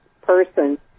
person